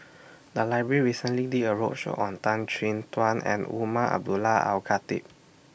The Library recently did A roadshow on Tan Chin Tuan and Umar Abdullah Al Khatib